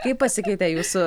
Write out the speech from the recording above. kaip pasikeitė jūsų